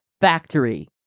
factory